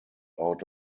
out